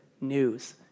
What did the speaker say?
news